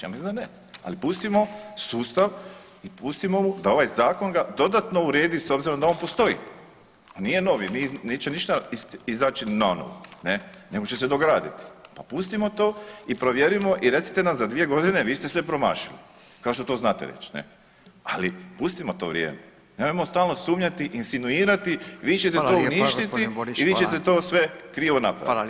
Ja mislim da ne, ali pustimo sustav i pustimo da ovaj zakon ga dodatno uredi s obzirom da on postoji, pa nije novi, neće ništa izaći nanovo, ne može se dograditi, pa pustimo to i provjerimo i recite nam za 2.g. vi ste sve promašili kao što to znate reć ne, ali pustimo to vrijeme, nemojmo stalno sumnjati i insinuirati vi ćete to uništiti i vi ćete to sve krivo napravit.